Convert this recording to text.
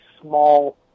small